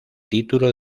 título